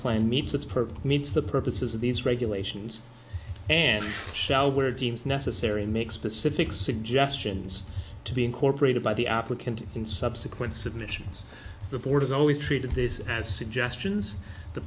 perp meets the purposes of these regulations and shall where deems necessary make specific suggestions to be incorporated by the applicant in subsequent submissions the board has always treated this as suggestions the